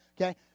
okay